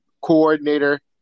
coordinator